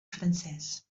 francés